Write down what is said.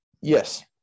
yes